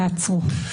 תעצרו.